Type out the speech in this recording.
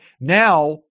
now